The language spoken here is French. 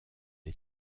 est